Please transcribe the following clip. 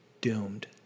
doomed